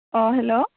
अ hello